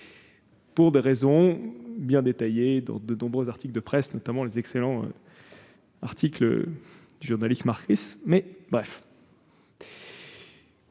pour des raisons bien détaillées dans de nombreux articles de presse, notamment ceux, excellents, du journaliste Marc